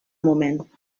moment